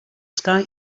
sky